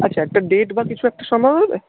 আচ্ছা একটা ডেট বা কিছু একটা সময় হবে